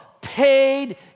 paid